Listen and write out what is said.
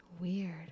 Weird